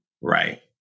right